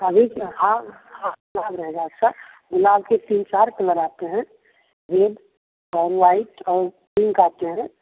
अभी हाँ गुलाब के तीन चार कलर आते हैं रेड और वाइट और पिंक आते हैं